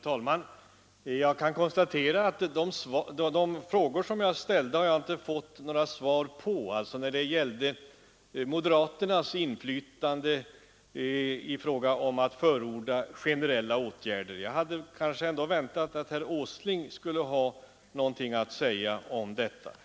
Herr talman! Jag kan konstatera att jag inte fått några svar på de frågor jag ställde. En av dem gällde moderaternas inflytande i fråga om att förorda generella åtgärder. Jag hade kanske väntat att herr Åsling skulle ha något att säga om detta.